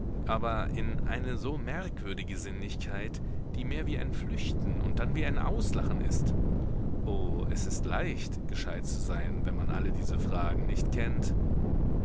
aber in eine so merkwürdige sinnlichkeit die mehr wie ein flüchten und dann wie ein auslachen ist o es ist leicht gescheit zu sein wenn man alle diese fragen nicht kennt